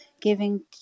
giving